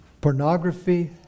pornography